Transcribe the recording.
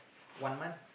one month